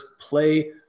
play